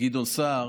וגדעון סער.